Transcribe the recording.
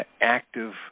active